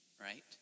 right